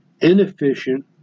inefficient